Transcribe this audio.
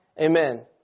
Amen